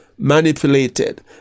manipulated